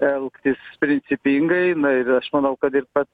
elgtis principingai na ir aš manau kad ir pats